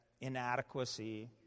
inadequacy